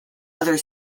other